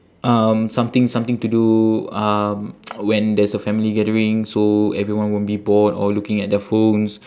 um something something to do um when there's a family gathering so everyone won't be bored or looking at their phones